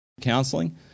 counseling